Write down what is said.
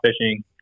fishing